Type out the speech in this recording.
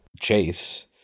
Chase